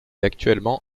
actuellement